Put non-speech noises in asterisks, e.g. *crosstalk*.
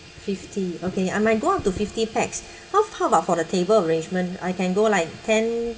fifty okay I might go up to fifty pax *breath* how how about for the table arrangement I can go like ten